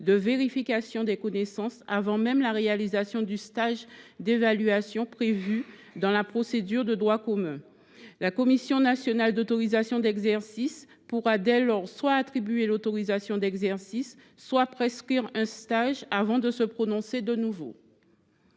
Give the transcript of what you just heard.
de vérification des connaissances avant même la réalisation du stage d’évaluation prévu dans la procédure de droit commun. La commission nationale d’autorisation d’exercice pourra dès lors soit attribuer l’autorisation d’exercice soit prescrire un stage, avant de se prononcer de nouveau.